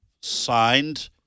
signed